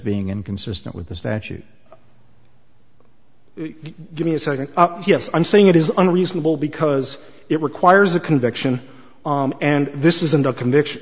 being inconsistent with the statute given a second yes i'm saying it is unreasonable because it requires a conviction and this isn't a conviction